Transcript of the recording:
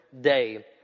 day